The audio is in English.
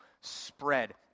spread